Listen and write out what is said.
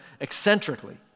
eccentrically